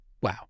Wow